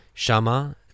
Shama